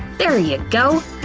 there you go!